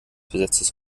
besetztes